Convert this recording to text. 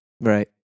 Right